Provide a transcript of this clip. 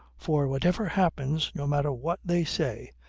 for whatever happens, no matter what they say,